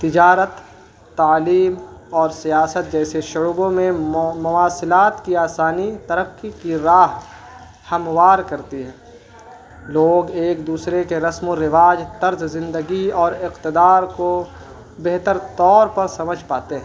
تجارت تعلیم اور سیاست جیسے شعبوں میں مواصلات کی آسانی ترقی کی راہ ہموار کرتی ہے لوگ ایک دوسرے کے رسم و رواج طرز زندگی اور اقتدار کو بہتر طور پر سمجھ پاتے ہیں